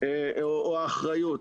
או האחריות.